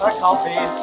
like coffee